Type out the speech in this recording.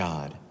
God